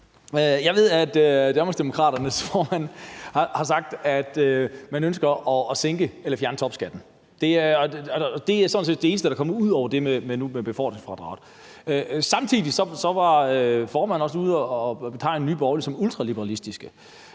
Jeg ved, at Danmarksdemokraternes formand har sagt, at man ønsker at sænke eller fjerne topskatten. Det er sådan set det eneste, der ud over det med befordringsfradraget er kommet. Samtidig var formanden også ude og betegne Nye Borgerlige som ultraliberalistiske,